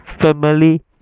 family